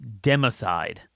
democide